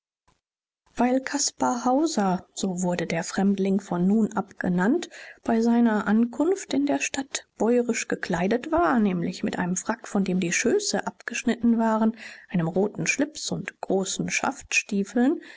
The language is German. weil caspar hauser so wurde der fremdling von nun ab genannt bei seiner ankunft in der stadt bäurisch gekleidet war nämlich mit einem frack von dem die schöße abgeschnitten waren einem roten schlips und großen